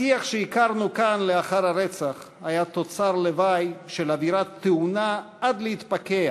השיח שהכרנו כאן לאחר הרצח היה תוצר לוואי של אווירה טעונה עד להתפקע